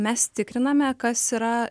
mes tikriname kas yra